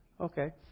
Okay